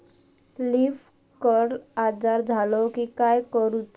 Leaf curl आजार झालो की काय करूच?